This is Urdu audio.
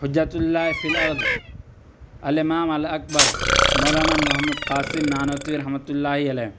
حجتہ اللّہ فی الارض الامام الاکبر مولانا محمد قاسم نانوتوی رحمتہ اللّہ علیہ